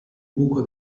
buco